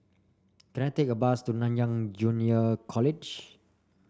can I take a bus to Nanyang Junior College